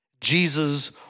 Jesus